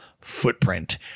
footprint